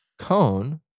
cone